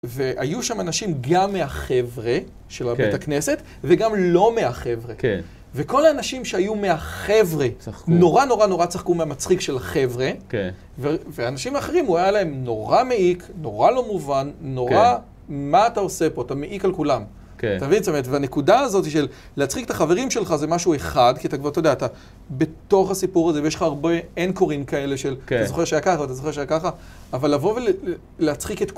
והיו שם אנשים גם מהחבר'ה של הבית הכנסת וגם לא מהחבר'ה. כן. וכל האנשים שהיו מהחבר'ה נורא נורא נורא צחקו מהמצחיק של החבר'ה. כן. ואנשים אחרים, הוא היה להם נורא מעיק, נורא לא מובן, נורא, מה אתה עושה פה? אתה מעיק על כולם. כן. אתה מבין? זאת אומרת, והנקודה הזאת של להצחיק את החברים שלך זה משהו אחד, כי אתה כבר, אתה יודע, אתה בתוך הסיפור הזה ויש לך הרבה אנקורים כאלה של, אתה זוכר שהיה ככה, אתה זוכר שהיה ככה, אבל לבוא ולהצחיק את כולם...